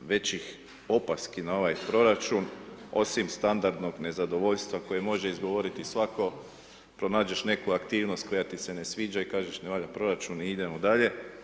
većih opaski na ovaj proračun osim standardnog nezadovoljstva koje može izgovoriti svatko, pronađeš neku aktivnost koja ti se ne sviđa i kažeš ne valja proračun i idemo dalje.